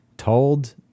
told